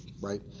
right